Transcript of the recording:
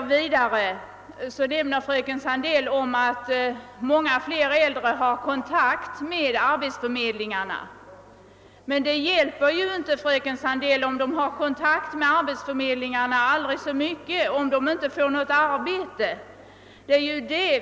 Vidare nämnde fröken Sandell att många fler äldre nu har kontakt med arbetsförmedlingarna. Men det hjälper ju inte, fröken Sandell, ort de har aldrig så bra kontakt med arbetsförmed lingarna, om de inte får något arbete.